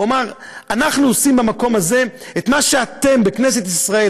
הוא אמר: אנחנו עושים במקום הזה את מה שאתם בכנסת ישראל,